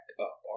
up